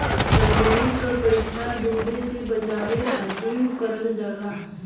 company क पइसा डूबे से बचावे खातिर करल जाला